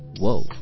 Whoa